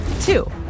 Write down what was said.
Two